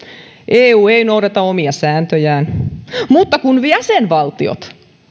eu ei noudata omia sääntöjään mutta kun jäsenvaltiot